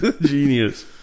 Genius